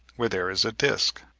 where there is a disc.